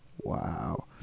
Wow